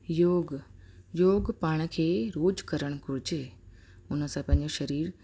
योग योग पाण खे रोज़ु करणु घुरिजे हुन सां पंहिंजो सरीरु